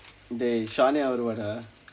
dey shania வருவா:varuvaa dah